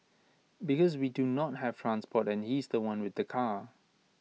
because we do not have transport and he's The One with the car